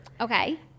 Okay